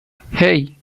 hey